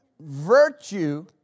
virtue